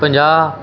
ਪੰਜਾਹ